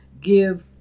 give